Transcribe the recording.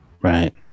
right